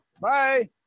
Bye